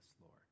Lord